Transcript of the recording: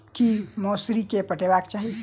की मौसरी केँ पटेबाक चाहि?